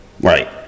Right